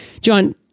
John